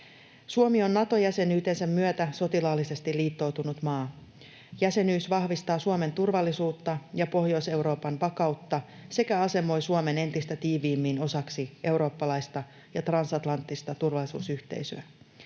Suomi on Nato-jäsenyytensä myötä sotilaallisesti liittoutunut maa. Jäsenyys vahvistaa Suomen turvallisuutta ja Pohjois-Euroopan vakautta sekä asemoi Suomen entistä tiiviimmin osaksi eurooppalaista ja transatlanttista turvallisuusyhteisöä.